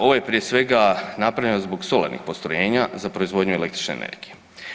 Ovo je prije svega, napravljeno zbog solarnih postrojenja za proizvodnju elektronične energije.